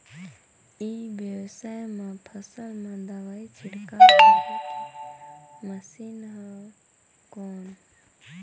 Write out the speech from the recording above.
ई व्यवसाय म फसल मा दवाई छिड़काव करे के मशीन हवय कौन?